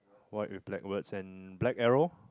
white with black words and black arrow